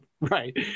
Right